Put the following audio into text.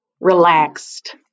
Relaxed